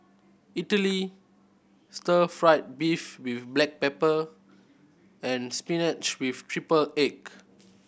stir fried beef with black pepper and spinach with triple egg